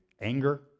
anger